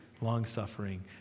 long-suffering